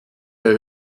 der